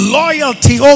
loyalty